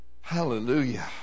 Hallelujah